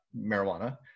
marijuana